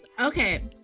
okay